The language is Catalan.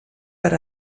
per